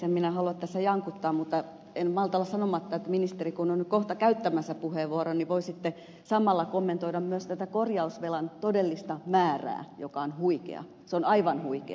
en minä halua tässä jankuttaa mutta en malta olla sanomatta kun ministeri on nyt kohta käyttämässä puheenvuoron että voisitte samalla kommentoida myös tätä korjausvelan todellista määrää joka on huikea aivan huikea